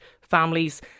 families